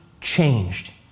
changed